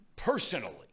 Personally